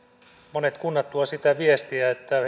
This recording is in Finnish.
monet kunnat tuovat sitä viestiä että